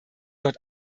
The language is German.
dort